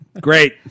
Great